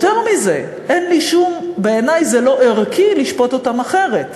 יותר מזה, בעיני זה לא ערכי לשפוט אותם אחרת.